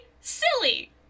silly